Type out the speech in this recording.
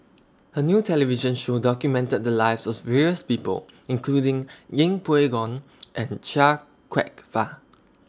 A New television Show documented The Lives of various People including Yeng Pway Ngon and Chia Kwek Fah